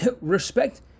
respect